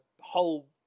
whole